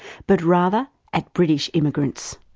but rather at british immigrants.